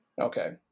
Okay